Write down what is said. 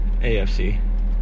AFC